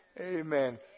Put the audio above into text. Amen